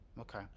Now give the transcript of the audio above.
Okay